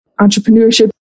entrepreneurship